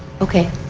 okay.